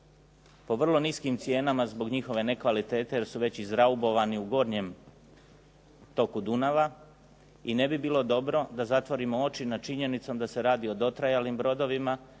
po vrlo niskim cijenama zbog njihove nekvalitete jer su već izraubovani u gornjem toku Dunava. I ne bi bilo dobro da zatvorimo oči nad činjenicom da se radi o dotrajalim brodovima